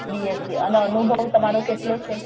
બી S C અને અનુભવ તમારો કેટલો છે